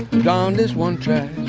darn this one track